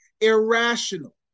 irrational